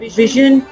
vision